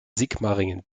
sigmaringen